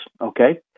Okay